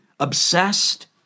obsessed